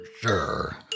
sure